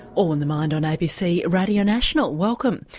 all in the mind on abc radio national welcome.